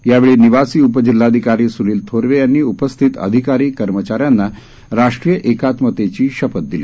यावेळी निवासी उपजिल्हाधिकारी स्निल थोरवे यांनी उपस्थित अधिकारी कर्मचाऱ्यांना राष्ट्रीय एकात्मतेची शपथ दिली